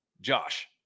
Josh